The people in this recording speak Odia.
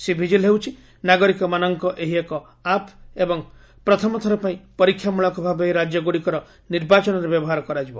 ସି ଭିଜିଲ୍ ହେଉଛି ନାଗରିକମାନଙ୍କ ଏହି ଏକ ଆପ୍ ଏବଂ ପ୍ରଥମ ଥର ପାଇଁ ପରୀକ୍ଷାମ୍ବଳକ ଭାବେ ଏହି ରାଜ୍ୟଗୁଡ଼ିକର ନିର୍ବାଚନରେ ବ୍ୟବହାର କରାଯିବ